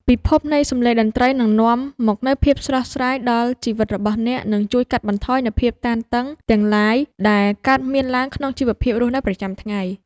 ពិភពនៃសម្លេងតន្ត្រីនឹងនាំមកនូវភាពស្រស់ស្រាយដល់ជីវិតរបស់អ្នក និងជួយកាត់បន្ថយនូវភាពតានតឹងទាំងឡាយដែលកើតមានឡើងក្នុងជីវភាពរស់នៅប្រចាំថ្ងៃ។